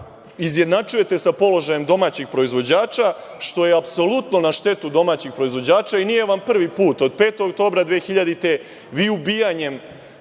izjednačujete sa položajem domaćih proizvođača, što je apsolutno na štetu domaćih proizvođača, i nije vam prvi put. Od 5. oktobra 2000. godine vi ubijanjem